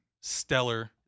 stellar